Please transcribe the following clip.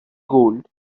gold